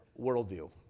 worldview